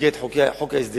במסגרת חוק ההסדרים,